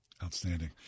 Outstanding